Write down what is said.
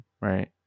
right